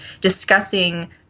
discussing